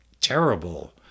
terrible